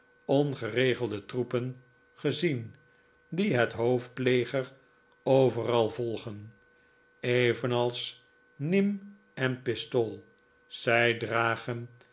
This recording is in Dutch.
ongeregelde troepen gezien die het hoofdleger overal volgen evenals nym en pistol zij dragen